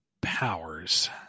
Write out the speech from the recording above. powers